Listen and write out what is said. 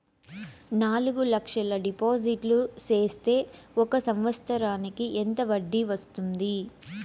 నాలుగు లక్షల డిపాజిట్లు సేస్తే ఒక సంవత్సరానికి ఎంత వడ్డీ వస్తుంది?